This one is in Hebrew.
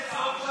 כלום,